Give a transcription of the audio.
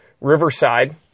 Riverside